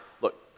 look